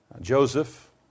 Joseph